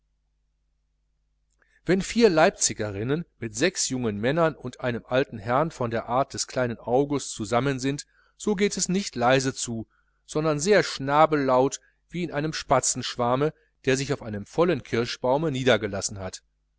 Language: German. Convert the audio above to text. wenn vier leipzigerinnen mit sechs jungen männern und einem alten herrn von der art des kleinen august zusammen sind so geht es nicht leise zu sondern sehr schnabellant wie in einem spatzenschwarme der sich auf einem vollen kirschbaume niedergelassen hat